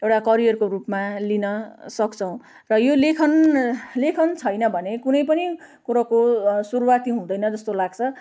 एउटा करियरको रूपमा लिन सक्छौँ र यो लेखन लेखन छैन भने कुनै पनि कुरोको सुरुवाती हुँदैन जस्तो लाग्छ